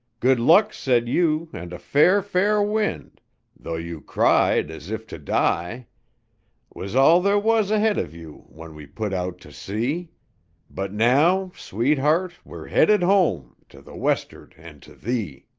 good luck said you, and a fair, fair wind' though you cried as if to die was all there was ahead of you when we put out to sea but now, sweetheart, we're headed home to the west'ard and to thee.